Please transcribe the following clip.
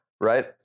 right